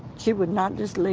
she would not just leave.